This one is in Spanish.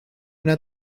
una